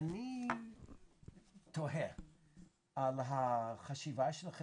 לא, אני לא ניסיתי להצדיק